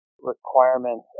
requirements